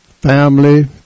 family